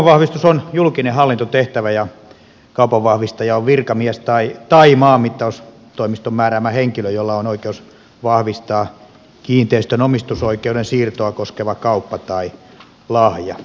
kaupanvahvistus on julkinen hallintotehtävä ja kaupanvahvistaja on virkamies tai maanmittaustoimiston määräämä henkilö jolla on oikeus vahvistaa kiinteistön omistusoikeuden siirtoa koskeva kauppa tai lahja